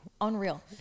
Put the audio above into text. Unreal